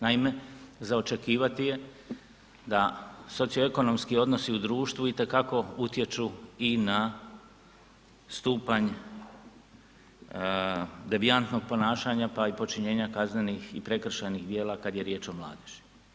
Naime, za očekivati je da socioekonomski odnosi u društvu itekako utječu i na stupanj devijantnog ponašanja, pa i počinjenja kaznenih i prekršajnih djela kad je riječ o mladeži.